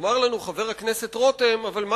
יאמר לנו חבר הכנסת רותם: אבל,